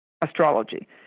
astrology